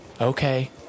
Okay